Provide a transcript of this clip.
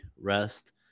rest